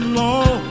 long